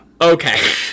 Okay